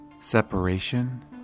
Separation